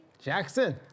Jackson